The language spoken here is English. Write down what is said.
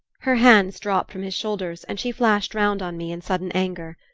her hands dropped from his shoulders and she flashed round on me in sudden anger.